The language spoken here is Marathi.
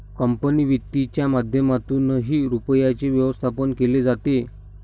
कंपनी वित्तच्या माध्यमातूनही रुपयाचे व्यवस्थापन केले जाते